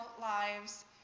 lives